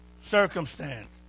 circumstance